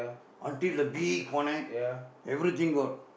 until the big பானை:paanai everything got